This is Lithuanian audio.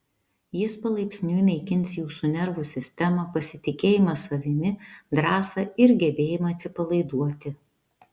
jis palaipsniui naikins jūsų nervų sistemą pasitikėjimą savimi drąsą ir gebėjimą atsipalaiduoti